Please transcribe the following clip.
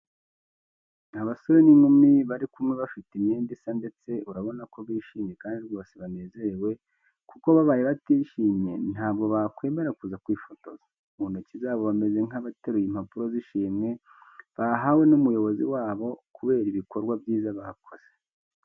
Abasore n'inkumi bari kumwe, bafite imyenda isa ndetse urabona ko bishimye kandi rwose banezerewe kuko babaye batishimye ntabwo bakwemera kuza kwifotoza. Mu ntoki zabo bameze nk'abateruye impapuro z'ishimwe bahawe n'umuyobozi wabo kubera ibikorwa byiza bakoze.